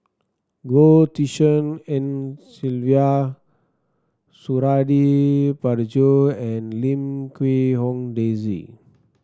Goh Tshin En Sylvia Suradi Parjo and Lim Quee Hong Daisy